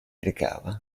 recava